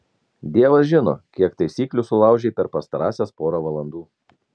dievas žino kiek taisyklių sulaužei per pastarąsias porą valandų